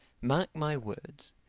mark my words,